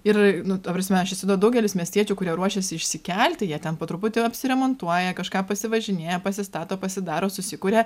ir nu ta prasme aš įsivaizduoju daugelis miestiečių kurie ruošėsi išsikelti jie ten po truputį apsiremontuoja kažką pasivažinėja pasistato pasidaro susikuria